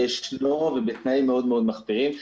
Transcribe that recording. ובתנאים מאוד מחפירים.